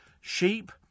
sheep